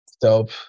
Dope